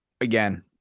again